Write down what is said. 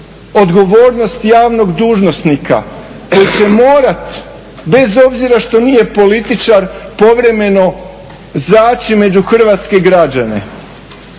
odgovornost javnog dužnosnika koji će morat bez obzira što nije političar povremeno zaći među hrvatske građane